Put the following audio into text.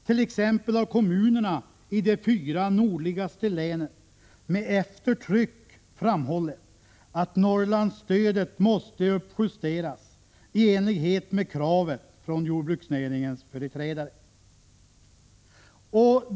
Bl.a. har kommunerna i de fyra nordligaste länen med eftertryck framhållit att Norrlandsstödet måste uppjusteras i enlighet med kravet från jordbruksnäringens företrädare.